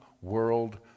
world